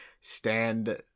stand